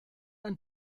ein